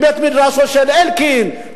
מבית-מדרשו של אלקין,